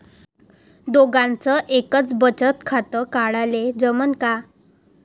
दोघाच एकच बचत खातं काढाले जमनं का?